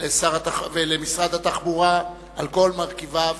ולמשרד התחבורה על כל מרכיביו,